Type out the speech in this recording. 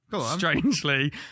strangely